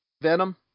Venom